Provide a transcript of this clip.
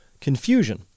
confusion